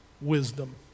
wisdom